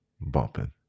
bumping